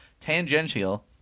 tangential